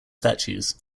statues